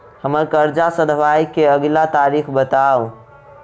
हम्मर कर्जा सधाबई केँ अगिला तारीख बताऊ?